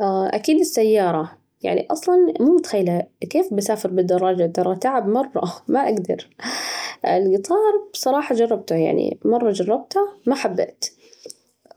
اه أكيد السيارة، يعني أصلاً مو متخيلة كيف بسافر بالدراجة، الدراجة تعب مرة، ما أجدر، الجطار بصراحة جربته يعني مرة جربته وما حبيت،